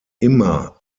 immer